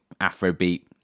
Afrobeat